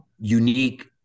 unique